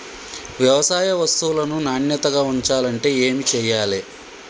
వ్యవసాయ వస్తువులను నాణ్యతగా ఉంచాలంటే ఏమి చెయ్యాలే?